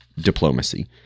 diplomacy